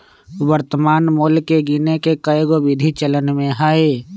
वर्तमान मोल के गीने के कएगो विधि चलन में हइ